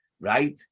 right